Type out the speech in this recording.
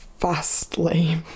Fastly